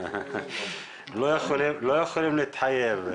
הם לא יכולים להתחייב.